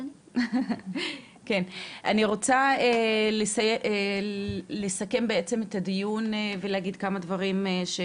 אני רוצה לסכם בעצם את הדיון ולהגיד כמה דברים.